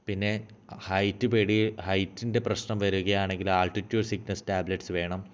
പിന്നെ ഹൈറ്റു പേടി ഹൈറ്റിന്റെ പ്രശ്നം വരുകയാണെങ്കിൽ ആൾടിറ്റ്യൂഡ് സിക്നെസ്സ് ടാബ്ലറ്റ്സ് വേണം